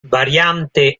variante